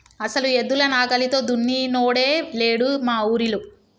అసలు ఎద్దుల నాగలితో దున్నినోడే లేడు మా ఊరిలో